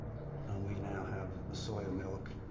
and we now have soy milk.